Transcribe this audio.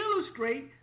illustrate